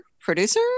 Producer